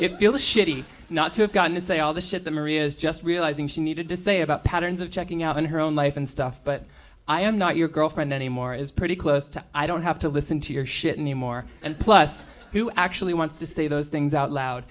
i feel shitty not to have gotten to say all the shit that maria's just realizing she needed to say about patterns of checking out on her own life and stuff but i am not your girlfriend anymore is pretty close to i don't have to listen to your shit anymore and plus who actually wants to say those things out loud